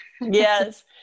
Yes